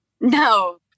No